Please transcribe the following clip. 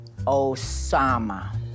Osama